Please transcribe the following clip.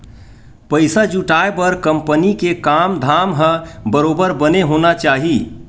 पइसा जुटाय बर कंपनी के काम धाम ह बरोबर बने होना चाही